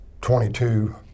22